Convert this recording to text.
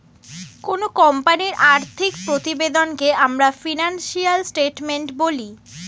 কোনো কোম্পানির আর্থিক প্রতিবেদনকে আমরা ফিনান্সিয়াল স্টেটমেন্ট বলি